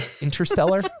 Interstellar